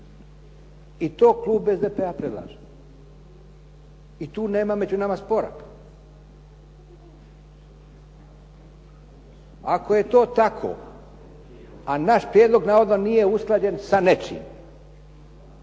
I to klub SDP-a predlaže i tu nema među nama spora. Ako je to tako, a naš prijedlog navodno nije usklađen sa nečim,